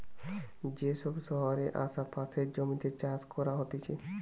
যে সব শহরের আসে পাশের জমিতে চাষ করা হতিছে